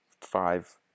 five